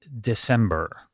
December